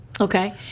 Okay